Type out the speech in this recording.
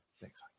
Thanks